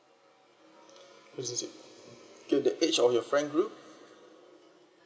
age of your friend group